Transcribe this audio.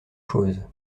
chose